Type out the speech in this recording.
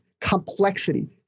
Complexity